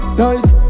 nice